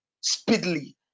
speedily